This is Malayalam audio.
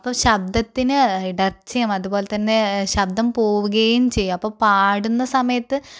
അപ്പോൾ ശബ്ദത്തിന് ഇടർച്ചയും അതു പോലെ തന്നെ ശബ്ദം പോവുകയും ചെയ്യാം അപ്പോൾ പാടുന്ന സമയത്ത്